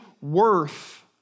worth